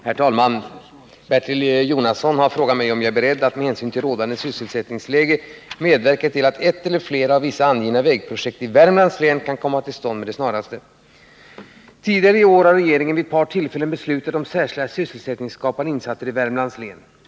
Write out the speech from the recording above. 32, och anförde: Herr talman! Bertil Jonasson har frågat mig om jag är beredd att med hänsyn till rådande sysselsättningsläge medverka till att ett eller flera av vissa angivna vägprojekt i Värmlands län kan komma till stånd med det snaraste. Tidigare i år har regeringen vid ett par tillfällen beslutat om särskilda sysselsättningsskapande insatser i Värmlands län.